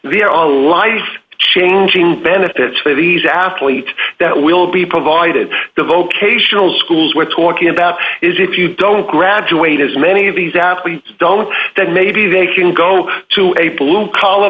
are all life changing benefits for these athlete that will be provided the vocational schools we're talking about is if you don't graduate as many of these athletes don't that maybe they can go to a blue collar